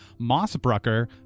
Mossbrucker